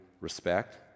respect